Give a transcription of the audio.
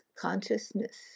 consciousness